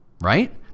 right